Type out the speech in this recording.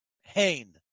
Hain